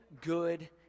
good